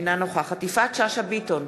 אינה נוכחת יפעת שאשא ביטון,